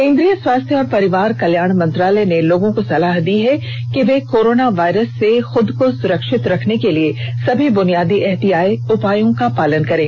केन्द्रीय स्वास्थ्य और परिवार कल्याण मंत्रालय ने लोगों को सलाह दी है कि वे कोरोना वायरस से अपने को सुरक्षित रखने के लिए सभी बुनियादी एहतियाती उपायों का पालन करें